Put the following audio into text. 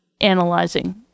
analyzing